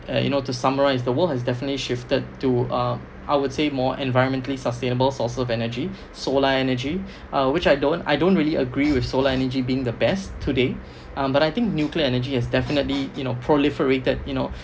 uh you know to summarize the world has definitely shifted to um I would say more environmentally sustainable sources of energy solar energy uh which I don't I don't really agree with solar energy being the best today um but I think nuclear energy has definitely you know proliferated you know